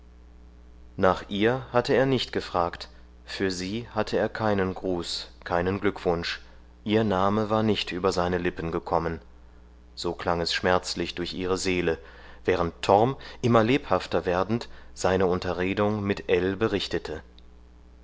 nach ihr hatte er nicht gefragt für sie hatte er keinen gruß keinen glückwunsch ihr name war nicht über seine lippen gekommen so klang es schmerzlich durch ihre seele während torm immer lebhafter werdend seine unterredung mit ell berichtete